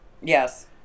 Yes